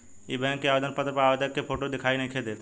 इ बैक के आवेदन पत्र पर आवेदक के फोटो दिखाई नइखे देत